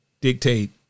dictate